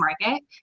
market